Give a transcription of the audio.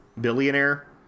billionaire